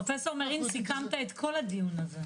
פרופ' מרין, סיכמת את כל הדיון הזה, חד משמעית.